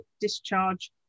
discharge